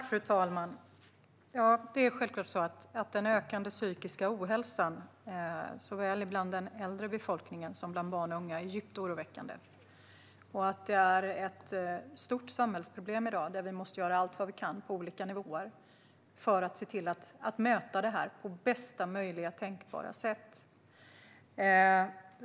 Fru talman! Den ökande psykiska ohälsan, såväl bland den äldre befolkningen som bland barn och unga, är djupt oroväckande. Detta är ett stort samhällsproblem i dag, och vi måste göra allt vi kan på olika nivåer för att möta det på bästa tänkbara sätt.